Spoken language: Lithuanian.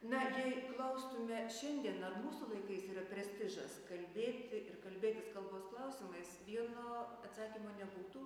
na jei klaustume šiandien ar mūsų laikais yra prestižas kalbėti ir kalbėtis kalbos klausimais vieno atsakymo nebūtų